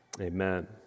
amen